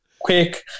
quick